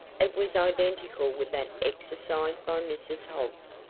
it was identical with that exercised by mrs. hobbs.